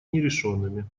нерешенными